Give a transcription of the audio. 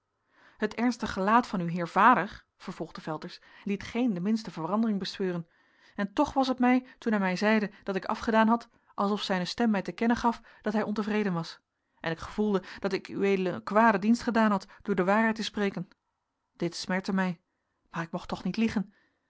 het ernstig gelaat van uw heer vader vervolgde velters liet geen de minste verandering bespeuren en toch was het mij toen hij mij zeide dat ik afgedaan had alsof zijne stem mij te kennen gaf dat hij ontevreden was en ik gevoelde dat ik ued een kwaden dienst gedaan had door de waarheid te spreken dit smertte mij maar ik mocht toch niet liegen